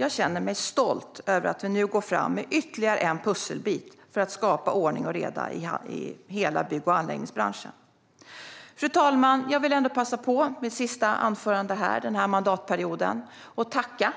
Jag känner mig stolt över att vi nu går fram med ytterligare en pusselbit för att skapa ordning och reda i hela bygg och anläggningsbranschen. Fru talman! Jag vill i mitt sista anförande här denna mandatperiod passa på att tacka